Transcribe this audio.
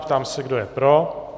Ptám se, kdo je pro?